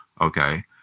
okay